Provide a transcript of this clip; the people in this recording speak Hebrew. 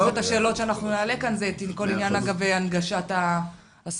אחת השאלות שנעלה כאן זה כל עניין הנגשת השפה,